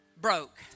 broke